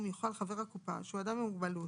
יוכל חבר הקופה שהוא אדם עם מוגבלות,